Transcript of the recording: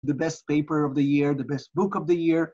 The best paper of the year, the best book of the year.